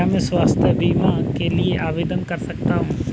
क्या मैं स्वास्थ्य बीमा के लिए आवेदन कर सकता हूँ?